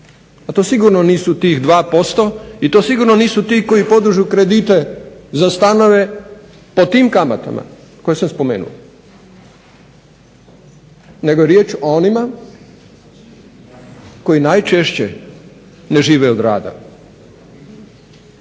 A to sigurno nisu tih 2% i to sigurno nisu ti koji podižu kredite za stanove po tim kamatama koje sam spomenuo, nego je riječ o onima koji najčešće ne žive od rada,